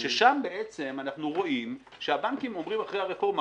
שם אנחנו רואים שהבנקים אומרים אחרי הרפורמה: